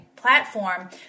platform